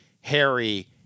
Harry